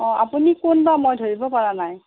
অঁ আপুনি কোনবা মই ধৰিব পৰা নাই